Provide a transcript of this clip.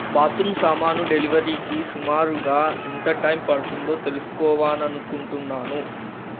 bathroom సామాను డెలివరీకి సుమారుగా ఎంత టైం పడుతుందో తెలుసుకోవాలనుకుంటున్నాను